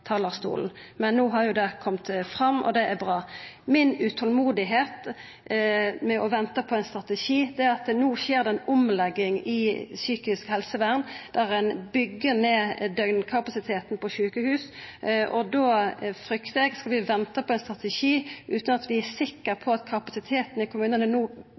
talarstolen. Men no har det kome fram, og det er bra. Grunnen til at eg er utolmodig og ventar på ein strategi, er at det no skjer ei omlegging i psykisk helsevern der ein byggjer ned døgnkapasiteten på sjukehus. Skal vi venta på ein strategi utan at vi er sikre på at kapasiteten i kommunane vert bygd opp no,